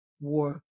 war